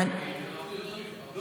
לא --- הרבה יותר מפעם אחת.